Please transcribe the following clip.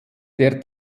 der